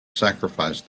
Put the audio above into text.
sacrifice